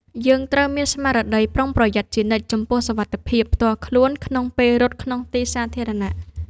យើងត្រូវមានស្មារតីប្រុងប្រយ័ត្នជានិច្ចចំពោះសុវត្ថិភាពផ្ទាល់ខ្លួនក្នុងពេលរត់ក្នុងទីសាធារណៈ។